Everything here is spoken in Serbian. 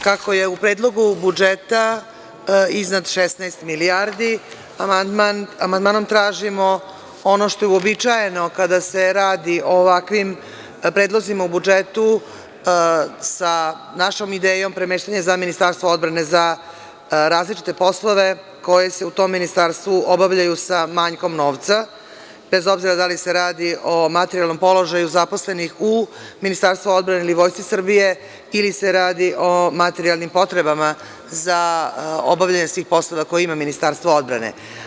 Kako je u Predlogu budžeta iznad 16 milijardi, amandmanom tražimo ono što je uobičajeno kada se radi o ovakvim predlozima u budžetu, sa našom idejom premeštanja za Ministarstvo odbrane za različite poslove koji se u tom ministarstvu obavljaju sa manjkom novca, bez obzira da li se radi o materijalnom položaju zaposlenih u Ministarstvu odbrane ili Vojsci Srbije ili se radi o materijalnim potrebama za obavljanje svih poslova koje ima Ministarstvo odbrane.